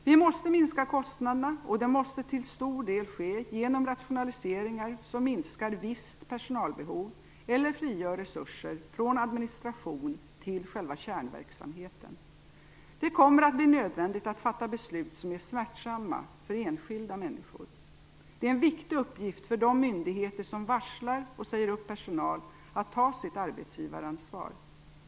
Vi måste minska kostnaderna, och det måste till stor del ske genom rationaliseringar som minskar visst personalbehov eller frigör resurser från administration till själva kärnverksamheten. Det kommer att bli nödvändigt att fatta beslut som är smärtsamma för enskilda människor. Det är en viktig uppgift för de myndigheter som varslar och säger upp personal att ta sitt arbetsgivaransvar.